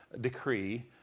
decree